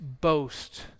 boast